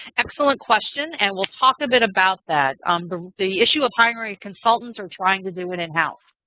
excellent question and we'll talk a bit about that, um the the issue of hiring consultants or trying to do it in-house.